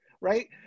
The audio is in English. right